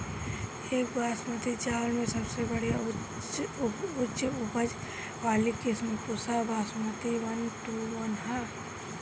एक बासमती चावल में सबसे बढ़िया उच्च उपज वाली किस्म Pusa Basmati one one two one ह?